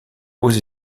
aux